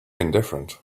indifferent